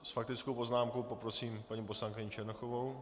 S faktickou poznámkou poprosím paní poslankyni Černochovou.